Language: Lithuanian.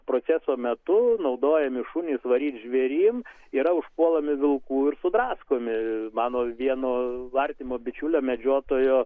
proceso metu naudojami šunys varyti žvėrims yra užpuolami vilkų ir sudraskomi mano vieno artimo bičiulio medžiotojo